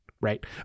Right